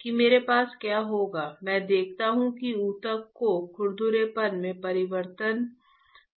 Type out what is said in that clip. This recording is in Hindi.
कि मेरे पास क्या होगा मैं देखता हूं कि ऊतक के खुरदरेपन में परिवर्तन होता है